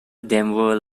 devon